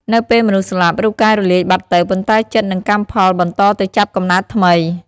នៅពេលមនុស្សស្លាប់ រូបកាយរលាយបាត់ទៅ ប៉ុន្តែចិត្តនិងកម្មផលបន្តទៅចាប់កំណើតថ្មី។